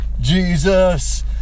Jesus